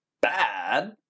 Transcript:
Bad